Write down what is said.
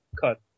cut